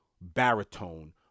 baritone